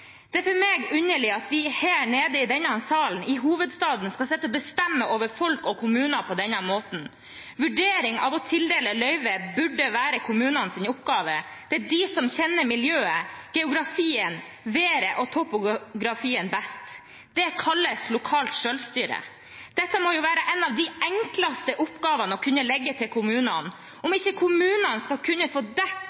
Det er for meg underlig at vi her nede i denne salen i hovedstaden skal sitte og bestemme over folk og kommuner på denne måten. Vurderingen av om det skal tildeles løyve, burde være kommunenes oppgave. Det er de som kjenner miljøet, geografien, været og topografien best. Det kalles lokalt selvstyre. Dette må jo være en av de enkleste oppgavene å legge til kommunene. Om